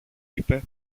είπε